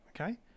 okay